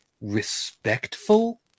respectful